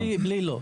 אז בלי לא.